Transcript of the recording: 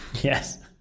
Yes